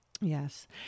Yes